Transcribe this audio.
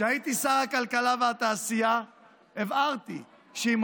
כשהייתי שר הכלכלה והתעשייה הבהרתי שאם